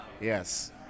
yes